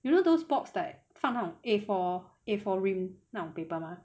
you know those box like 放那种 A four A four ream 那种 paper mah